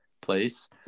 place